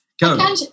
Go